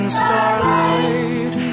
starlight